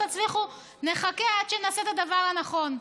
לא תצליחו, נחכה עד שנעשה את הדבר הנכון.